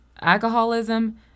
alcoholism